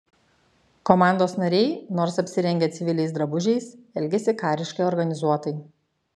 komandos nariai nors apsirengę civiliais drabužiais elgėsi kariškai organizuotai